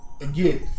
Again